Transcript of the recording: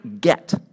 get